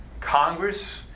congress